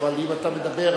אבל אם אתה מדבר,